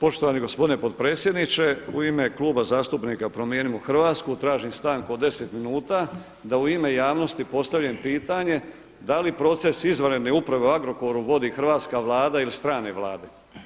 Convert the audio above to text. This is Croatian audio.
Poštovani gospodine potpredsjedniče, u ime Kluba zastupnika Promijenimo Hrvatsku tražim stanku od 10 minuta da u ime javnosti postavim pitanje da li proces izvanredne uprave u Agrokoru vodi hrvatska Vlada ili strane Vlade.